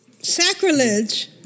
sacrilege